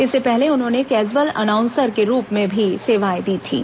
इससे पहले उन्होंने कैज्अल अनाउंसर के रूप में भी सेवाएं दी थीं